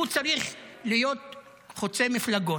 הוא צריך להיות חוצה מפלגות,